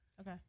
Okay